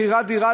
מכירת דירה,